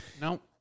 Nope